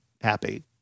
happy